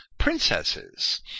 princesses